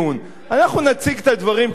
אנחנו נציג את הדברים כמו שהם,